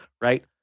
right